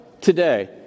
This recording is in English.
today